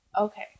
Okay